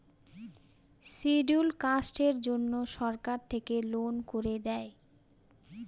scheduled কাস্টের জন্য সরকার থেকে লোন করে দেয়